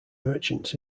merchants